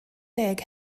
deg